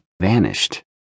vanished